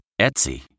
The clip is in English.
Etsy